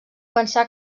pensar